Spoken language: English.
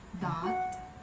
Dot